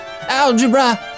algebra